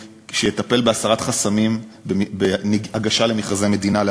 שיטפל בהסרת חסמים בגישה של עסקים קטנים למכרזי המדינה,